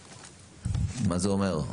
מה זה אומר?